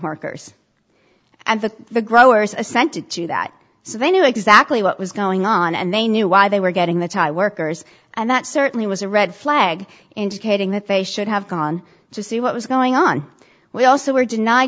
workers and the the growers assented to that so they knew exactly what was going on and they knew why they were getting the thai workers and that certainly was a red flag indicating that they should have gone to see what was going on we also were denied